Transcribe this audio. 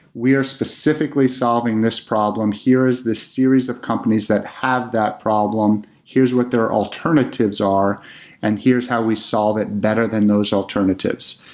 we're specifically solving this problem. here is the series of companies that have that problem. here's what their alternatives are and here's how we solve it better than those alternatives.